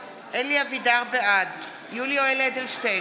בעד יולי יואל אדלשטיין,